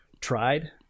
tried